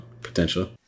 potential